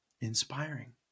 inspiring